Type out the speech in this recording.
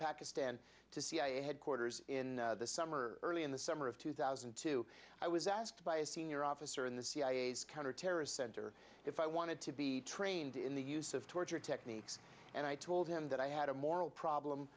pakistan to cia headquarters in the summer early in the summer of two thousand and two i was asked by a senior officer in the cia's counterterrorist center if i wanted to be trained in the use of torture techniques and i told him that i had a moral problem